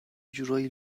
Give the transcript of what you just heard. جورایی